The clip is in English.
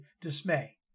dismay